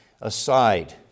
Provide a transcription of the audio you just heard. aside